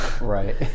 Right